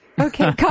okay